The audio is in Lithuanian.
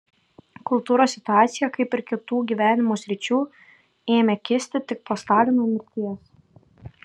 kultūros situacija kaip ir kitų gyvenimo sričių ėmė kisti tik po stalino mirties